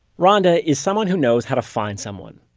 ronda is someone who knows how to find someone.